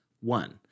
One